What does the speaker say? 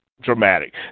dramatic